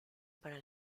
para